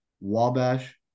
Wabash